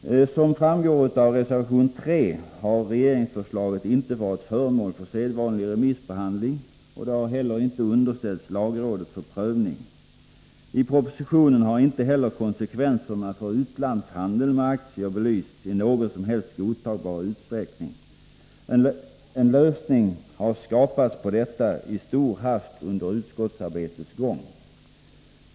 Som framgår av reservation 3 har regeringsförslaget inte varit föremål för sedvanlig remissbehandling. Det har inte heller underställts lagrådet för prövning. I propositionen har inte konsekvenserna för utlandshandeln med aktier belysts i någon godtagbar utsträckning. En lösning på detta problem har i stor hast skapats under utskottsarbetets gång.